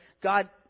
God